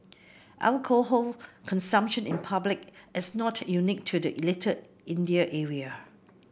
alcohol consumption in public is not unique to the Little India area